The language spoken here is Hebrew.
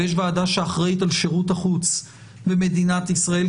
ויש ועדה שאחראית על שירות החוץ במדינת ישראל,